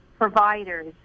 providers